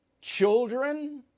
children